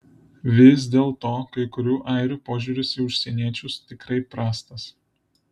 vis dėlto kai kurių airių požiūris į užsieniečius tikrai prastas